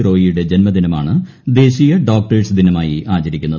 റോയിയുടെ ജന്മദിനമാണ് ദേശീയ ഡോക്ടേഴ്സ് ദിനമായി ആചരിക്കുന്നത്